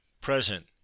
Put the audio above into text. Present